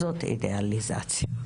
זאת אידיאליזציה.